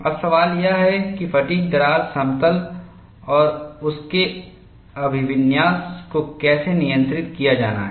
अब सवाल यह है कि फ़ैटिग् दरार समतल और उसके अभिविन्यास को कैसे नियंत्रित किया जाना है